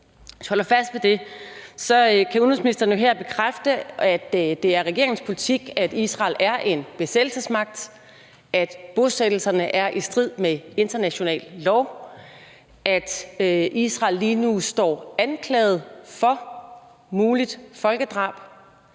Hvis vi holder fast ved det, kan udenrigsministeren jo her bekræfte, at det er regeringens politik, at Israel er en besættelsesmagt; at bosættelserne er i strid med international lov; at Israel lige nu står anklaget for muligt folkedrab;